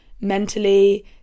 mentally